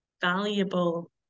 valuable